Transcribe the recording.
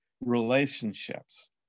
relationships